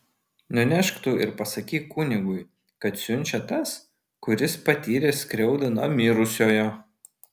nunešk tu ir pasakyk kunigui kad siunčia tas kuris patyrė skriaudą nuo mirusiojo